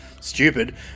Stupid